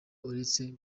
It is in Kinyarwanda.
uretse